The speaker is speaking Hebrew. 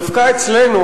דווקא אצלנו,